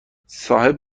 صاحب